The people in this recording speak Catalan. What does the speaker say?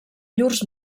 llurs